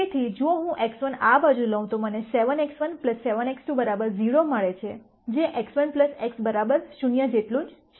તેથી જો હું X1 આ બાજુ લઉં તો મને 7X1 7X2 0 મળે છે જે X1 x 0 જેટલું જ છે